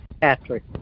Patrick